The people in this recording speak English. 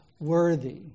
worthy